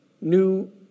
new